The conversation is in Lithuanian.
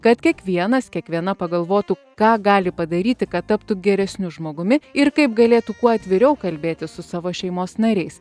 kad kiekvienas kiekviena pagalvotų ką gali padaryti kad taptų geresniu žmogumi ir kaip galėtų kuo atviriau kalbėtis su savo šeimos nariais